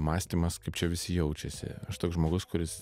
mąstymas kaip čia visi jaučiasi aš toks žmogus kuris